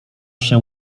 się